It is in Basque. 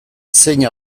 zein